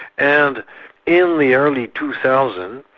and in the early two thousand